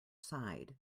side